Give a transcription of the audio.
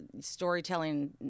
storytelling